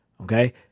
okay